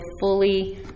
fully